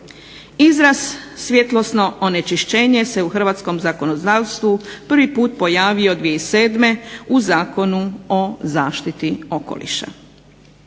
Izraz svjetlosno onečišćenje se u Hrvatskom zakonodavstvo pojavio prvi puta 2007. U zakonu o zaštiti okoliša.